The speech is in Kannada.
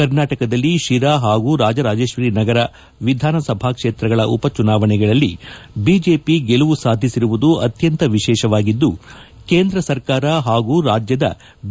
ಕರ್ನಾಟಕದಲ್ಲಿ ಶಿರಾ ಹಾಗೂ ರಾಜರಾಜೇಶ್ವರಿನಗರ ವಿಧಾನಸಭಾ ಕ್ಷೇತ್ರಗಳ ಉಪಚುನಾವಣೆಗಳಲ್ಲಿ ಬಿಜೆಪಿ ಗೆಲುವು ಸಾಧಿಸಿರುವುದು ಅತ್ಯಂತ ವಿಶೇಷವಾಗಿದ್ದು ಕೇಂದ್ರ ಸರ್ಕಾರ ಹಾಗೂ ರಾಜ್ಯದ ಬಿ